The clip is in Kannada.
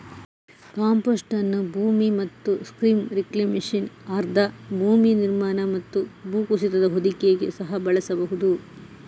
ಕಾಂಪೋಸ್ಟ್ ಅನ್ನು ಭೂಮಿ ಮತ್ತು ಸ್ಟ್ರೀಮ್ ರಿಕ್ಲೇಮೇಶನ್, ಆರ್ದ್ರ ಭೂಮಿ ನಿರ್ಮಾಣ ಮತ್ತು ಭೂಕುಸಿತದ ಹೊದಿಕೆಗೆ ಸಹ ಬಳಸಬಹುದು